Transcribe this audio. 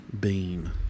bean